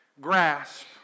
grasp